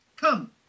come